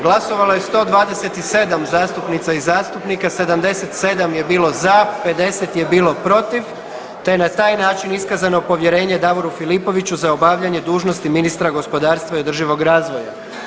Glasovalo je 127 zastupnica i zastupnika, 77 je bilo za, 50 je bilo protiv te je na taj način iskazano povjerenje Davoru Filipoviću za obavljanje dužnosti ministra gospodarstva i održivog razvoja.